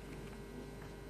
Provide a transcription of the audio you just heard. חבר הכנסת אמנון כהן, בבקשה.